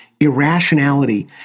irrationality